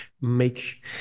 make